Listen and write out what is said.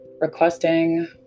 requesting